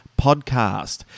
podcast